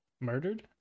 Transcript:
Murdered